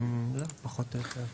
זהו, פחות או יותר.